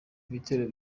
ibitero